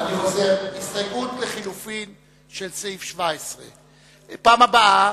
אני חוזר: הסתייגות לחלופין לסעיף 17. בפעם הבאה